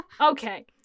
Okay